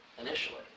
initially